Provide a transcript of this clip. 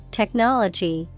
technology